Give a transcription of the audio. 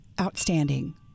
Outstanding